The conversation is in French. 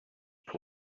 pour